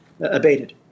abated